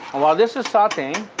while this is sauteing,